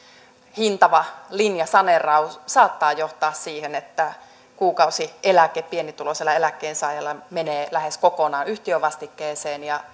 hintava linjasaneeraus saattaa johtaa siihen että kuukausieläke pienituloisella eläkkeensaajalla menee lähes kokonaan yhtiövastikkeeseen ja